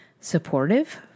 supportive